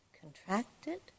contracted